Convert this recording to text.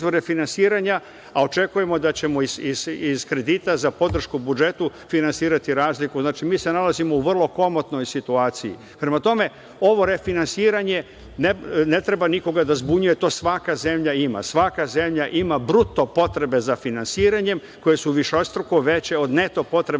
a očekujemo da ćemo iz kredita za podršku budžetu finanisrati razliku. Znači, mi se nalazimo u vrlo komotnoj situaciji. Prema tome, ovo refinansiranje ne treba nikoga da zbunjuje to svaka zemlja ima. Svaka zemlja ima bruto potrebe za finansiranjem koje su višestruko veće od neto potreba